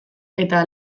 eta